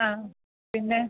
ആ പിന്നെ